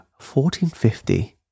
1450